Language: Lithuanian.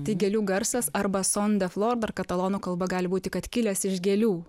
tai gėlių garsas arba son de flor dar katalonų kalba gali būti kad kilęs iš gėlių